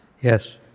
Yes